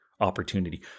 opportunity